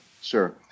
sure